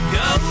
go